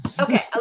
Okay